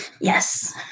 yes